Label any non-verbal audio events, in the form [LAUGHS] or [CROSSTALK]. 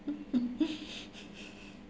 [LAUGHS]